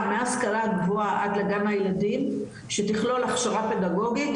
מההשכלה גבוהה עד לגן הילדים שתכלול הכשרה פדגוגית,